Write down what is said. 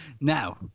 Now